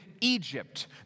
Egypt